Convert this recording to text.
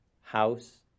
House